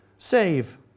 save